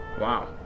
Wow